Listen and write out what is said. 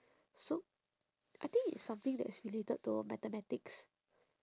so I think it's something that's related to mathematics